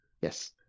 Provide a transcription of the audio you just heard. Yes